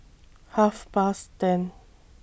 Half Past ten